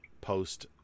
post